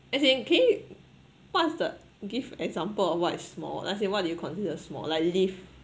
as in can you what's the give example of what's small let's say what do you consider small like lift